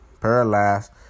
Paralyzed